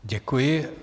Děkuji.